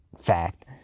fact